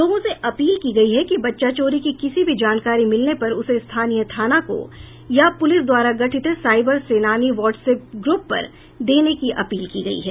लोगों से अपील की गयी है कि बच्चा चोरी की किसी भी जानकारी मिलने पर उसे स्थानीय थाना को या पुलिस द्वारा गठित साईबर सेनानी व्हाटस अप ग्रूप पर देने की अपील की गयी है